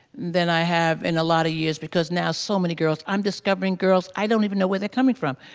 then i have in a lot of years, because now so many girls i'm discovering girls i don't even know where they're coming from.